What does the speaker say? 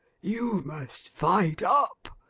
you must fight up.